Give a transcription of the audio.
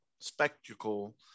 spectacle